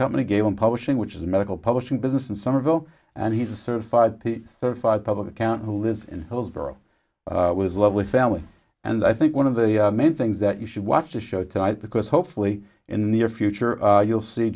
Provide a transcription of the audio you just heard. company gave him publishing which is a medical publishing business in somerville and he's a certified certified public accountant who lives in hillsboro was a lovely family and i think one of the many things that you should watch the show tonight because hopefully in the near future you'll see